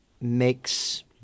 makes